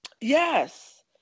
Yes